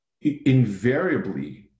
Invariably